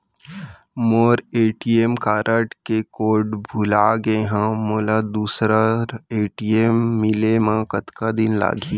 मोर ATM card के code भुला गे हव, मोला दूसर ए.टी.एम मिले म कतका दिन लागही?